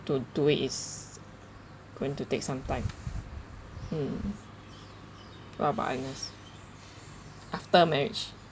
to do it is going to take some time mm what about agnes after marriage